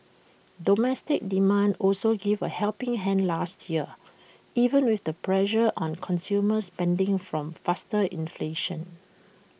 domestic demand also gave A helping hand last year even with the pressure on consumer spending from faster inflation